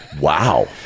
wow